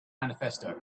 manifesto